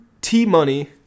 T-Money